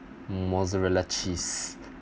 mozzarella cheese